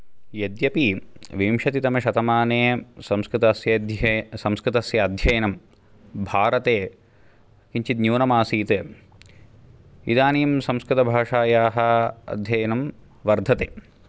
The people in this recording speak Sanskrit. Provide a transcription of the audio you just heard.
यद्यपि विंशतितमशतमाने संस्कृतस्य संस्कृतस्य अध्ययनं भारते किञ्चित् न्यूनमासीत् इदानिं संस्कृतभाषायाः अध्ययनं वर्धते